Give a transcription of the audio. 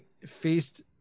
faced